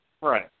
right